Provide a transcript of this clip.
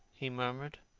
he murmured.